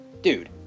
dude